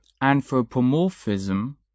anthropomorphism